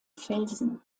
felsen